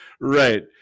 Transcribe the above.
Right